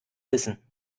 wissen